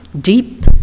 deep